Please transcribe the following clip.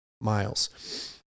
miles